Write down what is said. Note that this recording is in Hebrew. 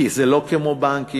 כי זה לא כמו בנקים,